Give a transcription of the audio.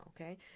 okay